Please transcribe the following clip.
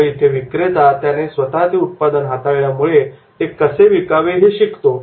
त्यामुळे इथे विक्रेता त्याने स्वतः ते उत्पादन हाताळल्यामुळे ते कसे विकावे हे शिकतो